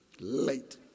Late